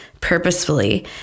purposefully